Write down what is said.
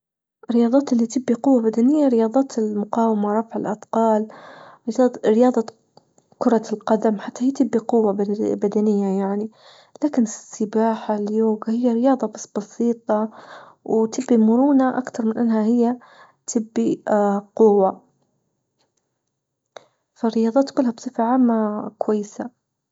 الرياضات اللي تدي قوة بدنية رياضات المقاومة رفع الأثقال رياضة رياضة كرة القدم حتى هى تبى قوة بدن-بدنية يعني لكن السباحة اليوجا هي رياضة بس بسيطة وتبي مرونة أكتر من انها هي تبي قوة، فالرياضات كلها بصفة عامة كويسة.